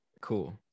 cool